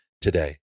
today